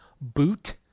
boot